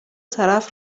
طرف